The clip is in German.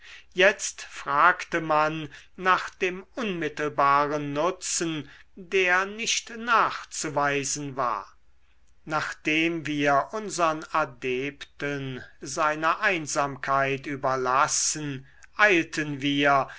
jetzt fragte man nach dem unmittelbaren nutzen der nicht nachzuweisen war nachdem wir unsern adepten seiner einsamkeit überlassen eilten wir